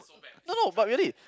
no no but really